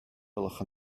gwelwch